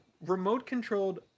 remote-controlled